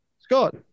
Scott